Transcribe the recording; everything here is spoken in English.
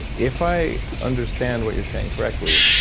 if i understand what you're saying correctly,